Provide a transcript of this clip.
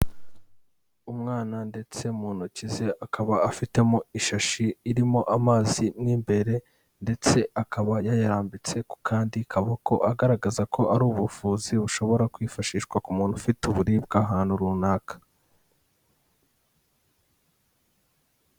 Umwana ndetse mu ntoki ze akaba afitemo ishashi irimo amazi mo imbere ndetse akaba yayarambitse ku kandi kaboko, agaragaza ko ari ubuvuzi bushobora kwifashishwa ku muntu ufite uburibwe ahantu runaka.